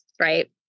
right